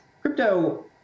crypto